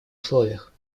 условиях